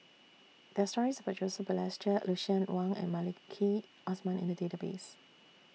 There Are stories about Joseph Balestier Lucien Wang and Maliki Osman in The Database